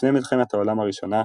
לפני מלחמת העולם הראשונה,